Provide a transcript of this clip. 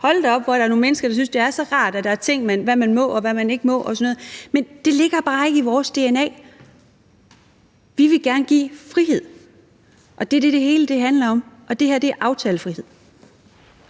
Hold da op, hvor er der nogle mennesker, der synes, det er så rart med, at der er de ting; hvad man må, og hvad man ikke må og sådan noget. Men det ligger bare ikke i vores dna. Vi vil gerne give frihed, og det er det, det hele handler om, og det her handler om aftalefrihed.